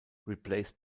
replaced